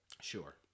sure